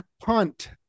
punt